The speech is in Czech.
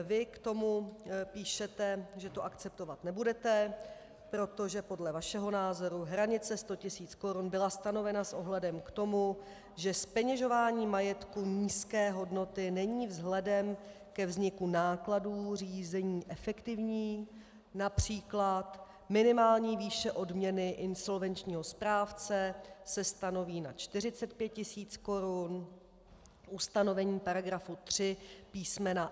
Vy k tomu píšete, že to akceptovat nebudete, protože podle vašeho názoru hranice 100 tisíc korun byla stanovena s ohledem k tomu, že zpeněžování majetku nízké hodnoty není vzhledem ke vzniku nákladů řízení efektivní, například minimální výše odměny insolvenčního správce se stanoví na 45 tisíc korun ustanovení § 3 písm.